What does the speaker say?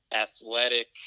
athletic